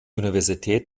universität